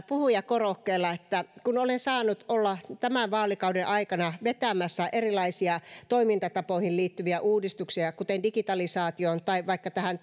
puhujakorokkeella että kun olen saanut olla tämän vaalikauden aikana vetämässä erilaisia toimintatapoihin liittyviä uudistuksia kuten digitalisaatioon tai vaikka tähän